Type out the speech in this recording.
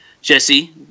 Jesse